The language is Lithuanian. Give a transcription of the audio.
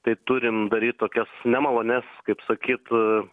tai turim daryt tokias nemalonias kaip sakyt